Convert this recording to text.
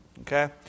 Okay